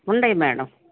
ఉన్నాయి మేడం